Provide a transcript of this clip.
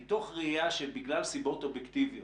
מתוך ראייה שבגלל סיבות אובייקטיביות,